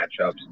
matchups